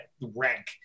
rank